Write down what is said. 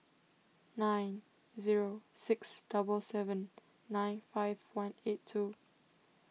nine zero six double seven nine five one eight two